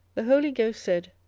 the holy ghost said,